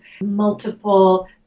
multiple